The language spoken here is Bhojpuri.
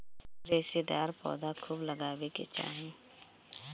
रेशेदार पौधा खूब लगावे के चाही